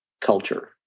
culture